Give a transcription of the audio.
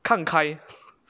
看开